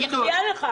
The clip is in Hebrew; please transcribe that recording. אני מצדיעה לך.